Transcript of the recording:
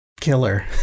killer